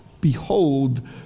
Behold